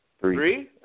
Three